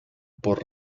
por